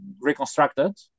reconstructed